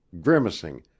grimacing